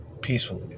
peacefully